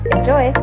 Enjoy